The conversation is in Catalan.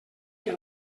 que